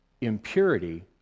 Impurity